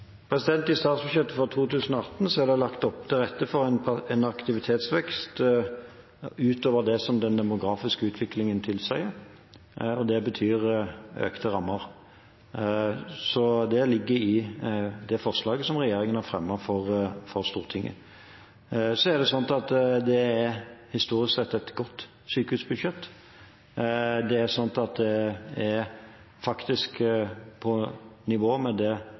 I statsbudsjettet for 2018 er det lagt til rette for en aktivitetsvekst utover det den demografiske utvikingen tilsier, og det betyr økte rammer. Så det ligger i det forslaget som regjeringen har fremmet for Stortinget. Historisk sett er det et godt sykehusbudsjett, faktisk på nivå med det aller beste som den regjeringen Senterpartiet satt i, fikk vedtatt. Det betyr at å styrke sykehusenes økonomi har vært en prioritert oppgave for denne regjeringen, og det